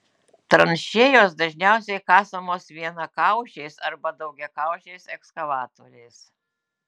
tranšėjos dažniausiai kasamos vienakaušiais arba daugiakaušiais ekskavatoriais